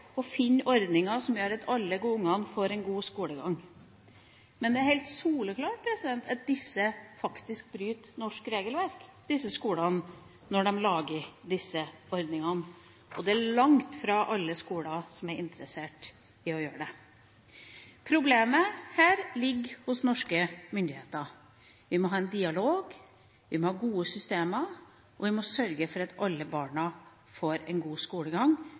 og finner ordninger som gjør at alle ungene der får en god skolegang. Men det er helt soleklart at disse skolene faktisk bryter norsk regelverk når de lager disse ordningene, og det er langt fra alle skoler som er interessert i å gjøre det. Problemet her ligger hos norske myndigheter. Vi må ha en dialog, vi må ha gode systemer, og vi må sørge for at alle barna får en god skolegang,